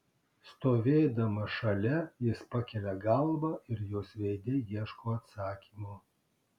stovėdamas šalia jis pakelia galvą ir jos veide ieško atsakymo